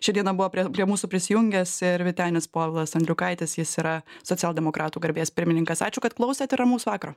šią dieną buvo prie prie mūsų prisijungęs ir vytenis povilas andriukaitis jis yra socialdemokratų garbės pirmininkas ačiū kad klausėte ir ramaus vakaro